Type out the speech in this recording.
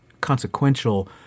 consequential